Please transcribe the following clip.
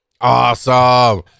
Awesome